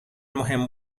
مهم